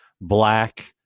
black